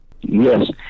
yes